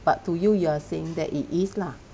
but to you you're saying that it is lah